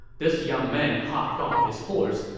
this young man hopped off his horse,